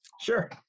Sure